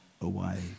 away